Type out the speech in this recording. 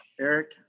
Eric